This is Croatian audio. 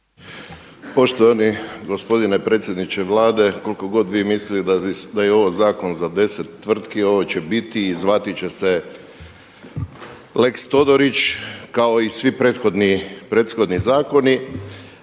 Poštovani gospodine predsjedniče Vlade, koliko god vi mislili da je ovo zakon za 10 tvrtki ovo će biti i zvati će se lex Todorić kao i svi prethodni zakoni